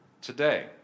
today